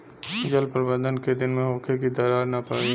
जल प्रबंधन केय दिन में होखे कि दरार न पड़ी?